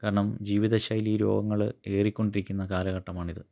കാരണം ജീവിതശൈലീ രോഗങ്ങൾ ഏറിക്കൊണ്ടിരിക്കുന്ന കാലഘട്ടമാണിത്